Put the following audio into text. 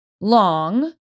long